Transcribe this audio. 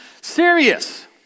serious